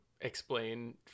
explain